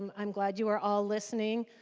um i'm glad you are all listening.